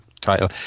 title